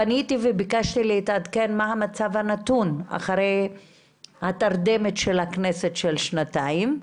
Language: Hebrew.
פניתי וביקשתי להתעדכן מה המצב הנתון אחרי התרדמת של שנתיים של הכנסת.